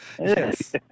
Yes